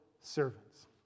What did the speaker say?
servants